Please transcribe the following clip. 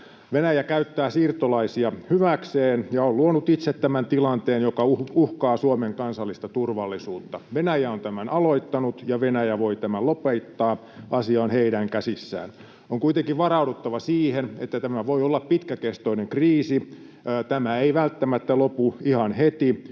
Venäjä käyttää siirtolaisia hyväkseen ja on luonut itse tämän tilanteen, joka uhkaa Suomen kansallista turvallisuutta. Venäjä on tämän aloittanut, ja Venäjä voi tämän lopettaa. Asia on heidän käsissään. On kuitenkin varauduttava siihen, että tämä voi olla pitkäkestoinen kriisi. Tämä ei välttämättä lopu ihan heti,